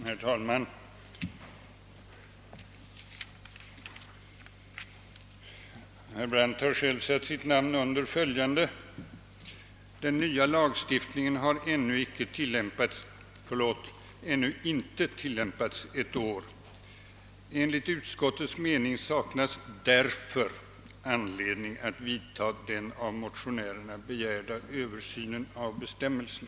Herr talman! Herr Brandt har själv satt sitt namn under följande: »Den nya lagstiftningen har ännu inte tillämpats ett år. Enligt utskottets mening saknas därför anledning att vidta den av motionärerna begärda översynen av bestämmelserna.»